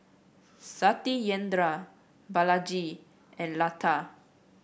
Satyendra Balaji and Lata